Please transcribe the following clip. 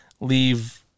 leave